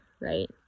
right